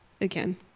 again